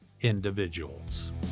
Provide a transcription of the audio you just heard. individuals